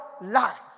life